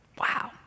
Wow